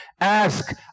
Ask